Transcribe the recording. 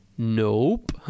Nope